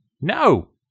No